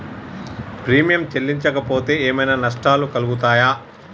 Premium చెల్లించకపోతే ఏమైనా నష్టాలు కలుగుతయా?